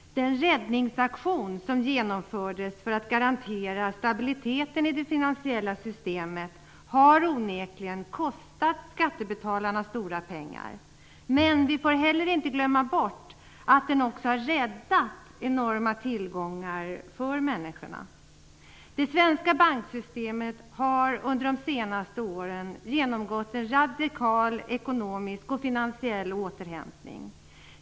Den räddningsaktion som genomfördes för att garantera stabiliteten i det finansiella systemet har onekligen kostat skattebetalarna stora pengar. Men vi får inte glömma bort att den också har räddat enorma tillgångar för människorna. Det svenska banksystemet har under de senaste åren genomgått en radikal ekonomisk och finansiell återhämtning.